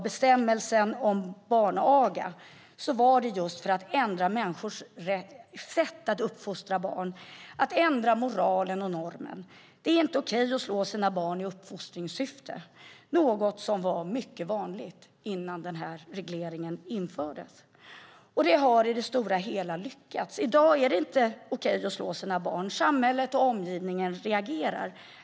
Bestämmelsen om barnaga infördes just för att man ville ändra människors sätt att uppfostra barn, ändra moralen och normen. Det är inte okej att slå sina barn i uppfostringssyfte. Det var något som var mycket vanligt innan den här regleringen infördes. Detta har i det stora hela lyckats. I dag är det inte okej att slå sina barn. Samhället och omgivningen reagerar.